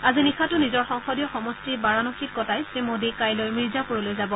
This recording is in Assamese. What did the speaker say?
আজি নিশাটো নিজৰ সংসদীয় সমষ্টি বাৰাণসীত কটাই শ্ৰী মোদী কাইলৈ মিৰ্জাপুৰলৈ যাব